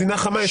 מדינה חמה,